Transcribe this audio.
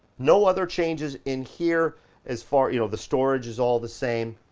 no other changes in here as far, you know, the storage is all the same.